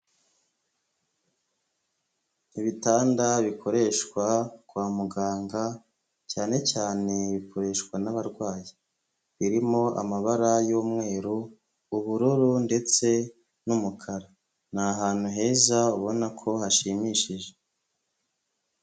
Ibitanda bikoreshwa kwa muganga cyane cyane bikoreshwa n'abarwayi, birimo amabara y'umweru, ubururu ndetse n'umukara, ni ahantu heza ubona ko hashimishije.